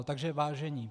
Takže vážení.